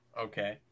Okay